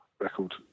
record